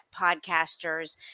podcasters